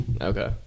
Okay